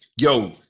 Yo